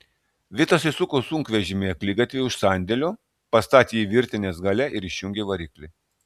vitas įsuko sunkvežimį į akligatvį už sandėlio pastatė jį virtinės gale ir išjungė variklį